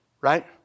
right